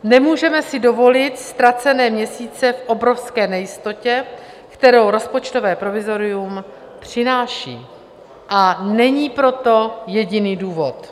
Nemůžeme si dovolit ztracené měsíce v obrovské nejistotě, kterou rozpočtové provizorium přináší, a není pro to jediný důvod.